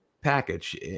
package